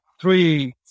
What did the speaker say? three